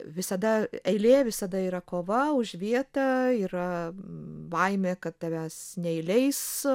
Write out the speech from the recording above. visada eilė visada yra kova už vietą yra baimė kad tavęs neįleis